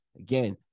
Again